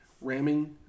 ramming